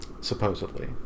supposedly